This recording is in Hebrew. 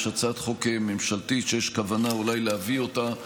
יש הצעת חוק ממשלתית שיש כוונה אולי להביא אותה.